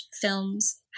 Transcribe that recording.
films